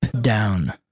down